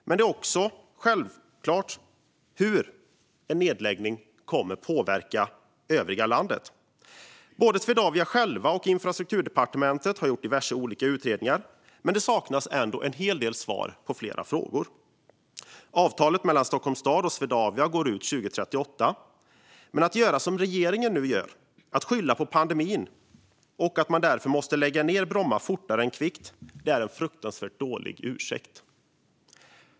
Det är också självklart att en nedläggning kommer att påverka övriga landet. Både Swedavia och Infrastrukturdepartementet har gjort diverse olika utredningar, men det saknas ändå svar på flera frågor. Avtalet mellan Stockholms stad och Swedavia går ut 2038. Att göra som regeringen nu gör, nämligen skylla på pandemin och säga att man på grund av den måste lägga ned Bromma fortare än kvickt, är en fruktansvärt dålig ursäkt.